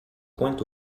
point